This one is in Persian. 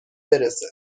برسه